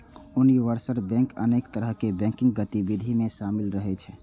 universal bank अनेक तरहक banking गतिविधि मे शामिल रहै छै